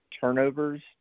turnovers